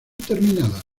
terminada